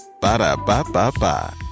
Ba-da-ba-ba-ba